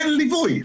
אין ליווי.